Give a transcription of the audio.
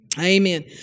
Amen